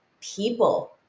people